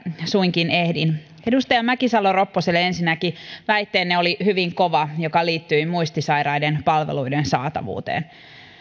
suinkin ehdin edustaja mäkisalo ropposelle ensinnäkin se väitteenne oli hyvin kova joka liittyi muistisairaiden palveluiden saatavuuteen